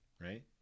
right